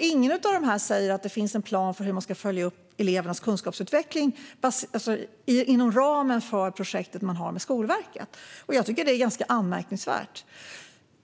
Ingen av dessa skolor säger att det finns en plan för hur man ska följa upp elevernas kunskapsutveckling inom ramen för projektet man har med Skolverket. Jag tycker att det är ganska anmärkningsvärt.